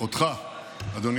איזו